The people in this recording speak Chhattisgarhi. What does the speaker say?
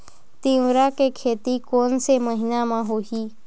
तीवरा के खेती कोन से महिना म होही?